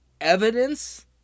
evidence